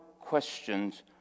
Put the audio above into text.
questions